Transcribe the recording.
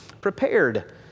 prepared